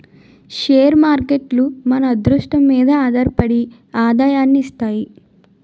share మార్కేట్లు మన అదృష్టం మీదే ఆధారపడి ఆదాయాన్ని ఇస్తాయి